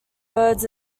birds